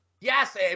Yes